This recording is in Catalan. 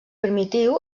primitiu